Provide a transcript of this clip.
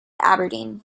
aberdeen